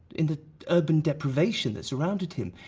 in the urban deprivation that surrounded him.